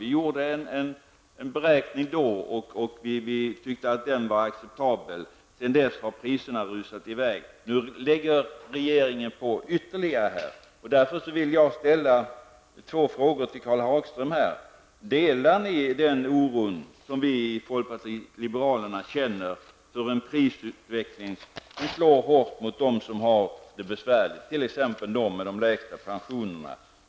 Vi gjorde en beräkning som vi då tyckte var acceptabel. Sedan dess har priserna rusat iväg. Nu gör regeringen ytterligare pålagor. Därför vill jag ställa två frågor till Karl Hagström: Delar ni den oro som vi i folkpartiet liberalerna känner för en prisutveckling som slår hårt mot dem som har det besvärligt, t.ex. de människor som har de lägsta pensionerna?